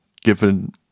given